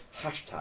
Hashtag